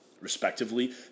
respectively